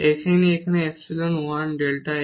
এটি এখানে এপসাইলন1 ডেল্টা x